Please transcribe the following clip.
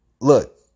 look